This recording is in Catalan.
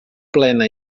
plena